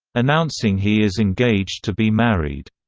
announcing he is engaged to be married.